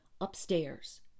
upstairs